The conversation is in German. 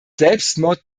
selbstmord